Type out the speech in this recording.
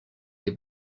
des